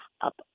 up